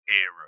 era